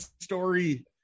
story